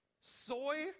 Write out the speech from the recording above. soy